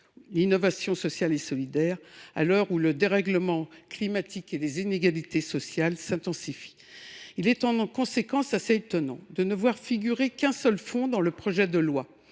l’innovation sociale et solidaire, à l’heure où le dérèglement climatique et les inégalités sociales s’intensifient. En conséquence, il est assez étonnant de ne voir figurer qu’un seul fonds dans le projet de loi,